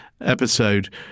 episode